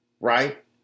right